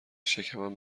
شکمم